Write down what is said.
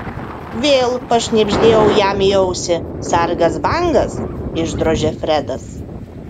vėl pašnibždėjau jam į ausį sargas bangas išdrožė fredas